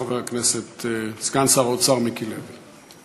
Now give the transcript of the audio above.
בבקשה, חבר הכנסת סגן שר האוצר מיקי לוי.